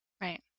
Right